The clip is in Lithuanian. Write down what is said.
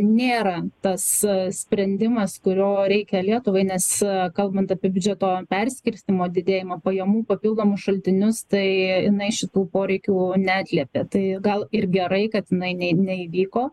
nėra tas sprendimas kurio reikia lietuvai nes kalbant apie biudžeto perskirstymo didėjimą pajamų papildomus šaltinius tai jinai šitų poreikių neatliepė tai gal ir gerai kad jinai nei neįvyko